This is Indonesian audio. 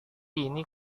ini